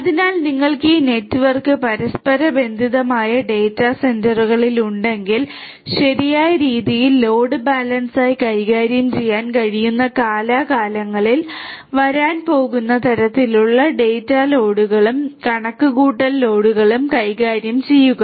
അതിനാൽ നിങ്ങൾക്ക് ഈ നെറ്റ്വർക്ക് പരസ്പരബന്ധിതമായ ഡാറ്റാ സെന്ററുകൾ ഉണ്ടെങ്കിൽ ശരിയായ രീതിയിൽ ലോഡ് ബാലൻസായി കൈകാര്യം ചെയ്യാൻ കഴിയുന്ന കാലാകാലങ്ങളിൽ വരാൻ പോകുന്ന തരത്തിലുള്ള ഡാറ്റ ലോഡുകളും കണക്കുകൂട്ടൽ ലോഡുകളും കൈകാര്യം ചെയ്യുക